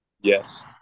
Yes